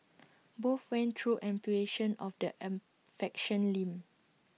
both went through amputation of the an faction limb